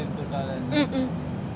mm mm